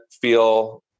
feel